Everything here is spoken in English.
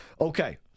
Okay